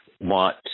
want